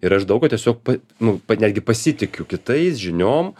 ir aš daug ko tiesiog pa nu pa netgi pasitikiu kitais žiniom